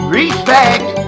respect